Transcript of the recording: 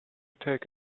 take